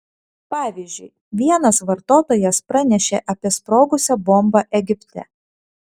pavyzdžiui vienas vartotojas pranešė apie sprogusią bombą egipte